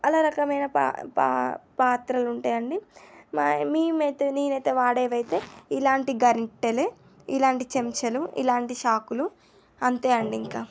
చాలా రకమైన పా పా పాత్రలుంటాయండి మ మేమైతే నేనైతే వాడేవైతే ఇలాంటి గంటెలే ఇలాంటి చంచలు ఇలాంటి చాకులు అంతే అండి ఇంకా